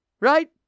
right